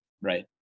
Right